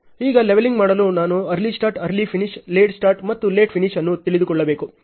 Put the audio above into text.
ಈಗ ಲೆವೆಲಿಂಗ್ ಮಾಡಲು ನಾನು early start early finish late start ಮತ್ತು ಲೇಟ್ ಫಿನಿಶ್ ಅನ್ನು ತಿಳಿದುಕೊಳ್ಳಬೇಕು